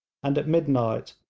and at midnight,